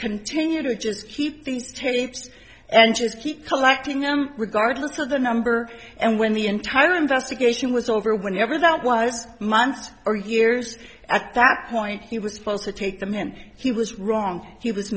continue to just keep these tapes and just keep collecting them regardless of the number and when the entire investigation was over whenever that was months or years at that point he was supposed to take them and he was wrong he was